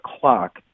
clock